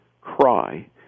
cry